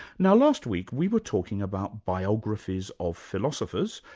now last week we were talking about biographies of philosophers,